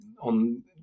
on